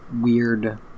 weird